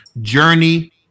Journey